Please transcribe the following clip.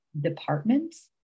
departments